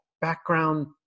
background